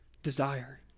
desire